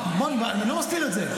אני לא מסתיר את זה.